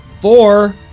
four